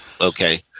Okay